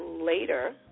later